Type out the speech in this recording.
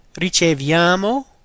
riceviamo